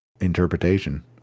interpretation